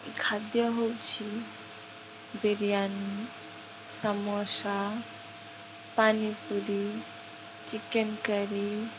ଖାଦ୍ୟ ହଉଛି biryani samosa pani puri chicken curry